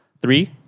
Three